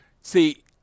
See